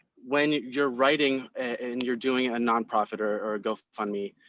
when you're writing and you're doing a non-profit or a go fund me,